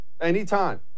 anytime